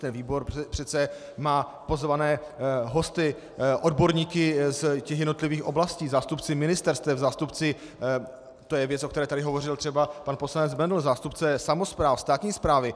Ten výbor přece má pozvané hosty, odborníky z jednotlivých oblastí, zástupce ministerstev, zástupce a to je věc, o které tady hovořil třeba pan poslanec Bendl samospráv, státní správy.